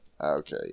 Okay